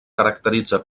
caracteritza